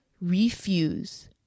refuse